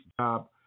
job